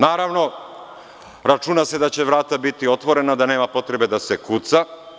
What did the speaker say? Naravno, računa se da će vrata biti otvorena, da nema potrebe da se kuca.